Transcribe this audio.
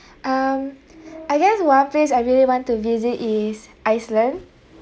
um I guess one place I really want to visit is iceland